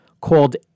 called